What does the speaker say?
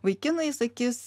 vaikinai sakys